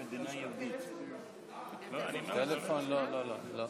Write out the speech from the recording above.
התמודדות עם השלכות התפרצות המגפה כאמור.